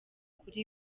kuri